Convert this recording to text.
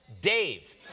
Dave